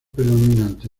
predominante